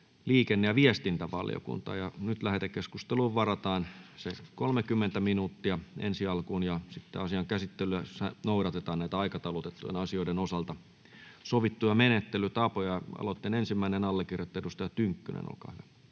liikenne- ja viestintävaliokuntaan. Lähetekeskusteluun varataan ensi alkuun 30 minuuttia. Asian käsittelyssä noudatetaan aikataulutettujen asioiden osalta sovittuja menettelytapoja. — Aloitteen ensimmäinen allekirjoittaja, edustaja Tynkkynen, olkaa hyvä.